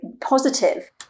positive